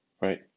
right